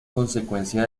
consecuencia